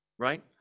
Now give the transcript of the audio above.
Right